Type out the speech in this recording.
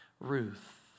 Ruth